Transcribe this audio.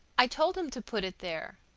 i told him to put it there.